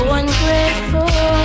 ungrateful